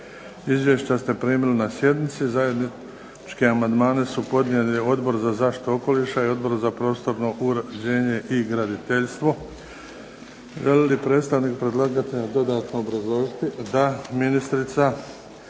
Izvješća ste primili na sjednici. Zajednički amandmane su podnijeli Odbor za zaštitu okoliša i Odbor za prostorno uređenje i graditeljstvo.